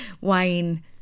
wine